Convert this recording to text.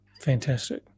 Fantastic